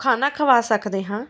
ਖਾਣਾ ਖਵਾ ਸਕਦੇ ਹਾਂ